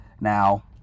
Now